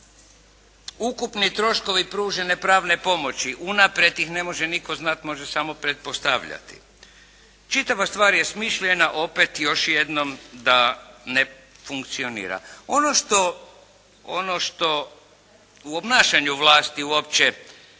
Ukupni troškovi pružene pravne pomoći, unaprijed ih ne može nitko znati, može samo pretpostavljati. Čitava stvar je smišljena opet još jednom da ne funkcionira. Ono što u obnašanju vlasti uopće